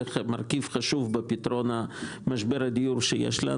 זה מרכיב חשוב בפתרון משבר הדיור שיש לנו.